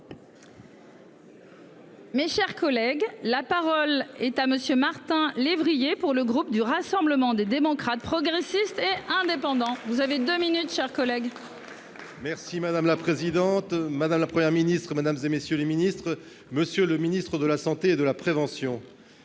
Mes chers collègues, la parole est à monsieur Martin lévrier pour le groupe du Rassemblement des démocrates, progressistes et indépendants. Vous avez 2 minutes chers.-- Merci madame la présidente, madame, la Première ministre Madame et messieurs les Ministres, Monsieur le Ministre de la Santé et de la prévention.